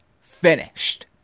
finished